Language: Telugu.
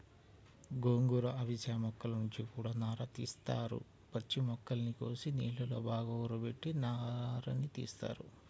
గోంగూర, అవిశ మొక్కల నుంచి గూడా నారని తీత్తారు, పచ్చి మొక్కల్ని కోసి నీళ్ళలో బాగా ఊరబెట్టి నారని తీత్తారు